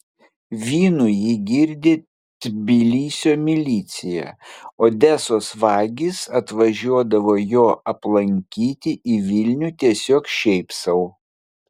vynu jį girdė tbilisio milicija odesos vagys atvažiuodavo jo aplankyti į vilnių tiesiog šiaip sau